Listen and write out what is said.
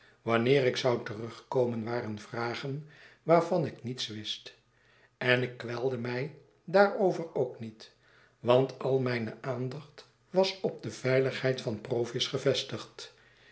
wanneer ik zou terugkomen waren vragen waarvan ik niets wist en ik kwelde mij daarover ook niet want al mijne aandacht was op de veiligheid van provis gevestigd